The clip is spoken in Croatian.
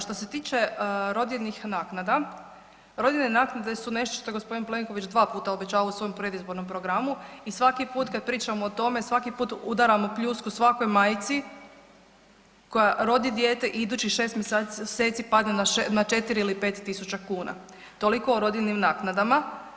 Što se tiče rodiljnih naknada, rodiljne naknade su nešto što je g. Plenković dva puta obećavao u svom predizbornom programu i svaki put kad pričamo o tome, svaki put udaramo pljusku svakoj majci koja rodi dijete i idućih 6 mjeseci padne na 4 ili 5.000 kuna, toliko o rodiljnim naknadama.